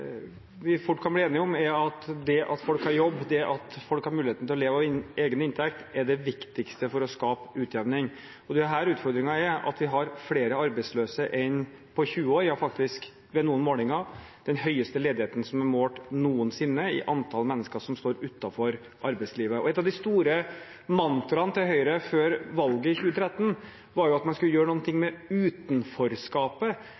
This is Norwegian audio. vi fort kan bli enige om, er at det at folk har jobb, det at folk har mulighet til å leve av egen inntekt, er det viktigste for å skape utjevning. Her er utfordringen at vi har flere arbeidsløse enn på 20 år – ja ved noen målinger den høyeste ledigheten som er målt noensinne når det gjelder antall mennesker som står utenfor arbeidslivet. Et av de store mantraene til Høyre før valget i 2013 var at man skulle gjøre